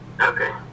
Okay